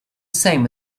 same